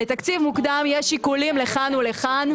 לתקציב מוקדם יש שיקולים לכאן ולכאן.